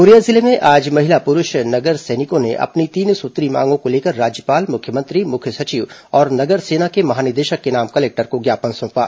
Korea जिले में आज महिला पुरूष नगर सैनिकों ने अपनी तीन सूत्रीय मांगों को लेकर राज्यपाल मुख्यमंत्री मुख्य सचिव और नगर सेना के महानिदेशक के नाम कलेक्टर को ज्ञापन सौंपा